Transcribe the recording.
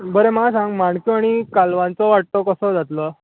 बरें म्हाका सांग माणक्यो आनी कालवांचो वांटो कसो जातलो